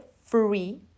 Free